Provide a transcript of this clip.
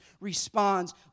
responds